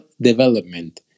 development